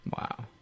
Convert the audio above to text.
Wow